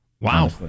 Wow